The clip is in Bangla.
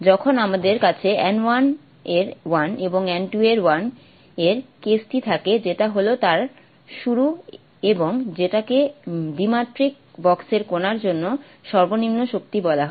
যখন আমাদের কাছে n 1 এর 1 এবং n 2 এর 1 এর কেসটি থাকে যেটা হল তার শুরু এবং যেটাকে দ্বিমাত্রিক বক্সের কণার জন্য সর্বনিম্ন শক্তি বলা হয়